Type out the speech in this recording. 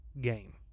game